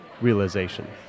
realization